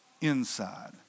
inside